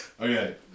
Okay